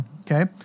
Okay